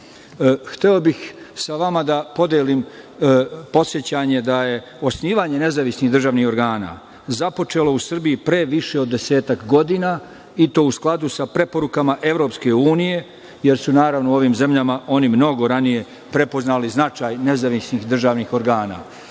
bih sa vama da podelim podsećanje da je osnivanje nezavisnih državnih organa započelo u Srbiji pre više od desetak godina i to u skladu sa preporukama EU, jer su, naravno, u ovim zemljama oni mnogo ranije prepoznali značaj nezavisnih državnih